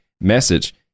message